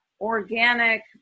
Organic